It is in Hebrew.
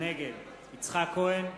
נגד יצחק כהן,